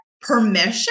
permission